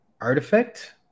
artifact